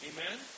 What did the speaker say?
Amen